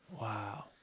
Wow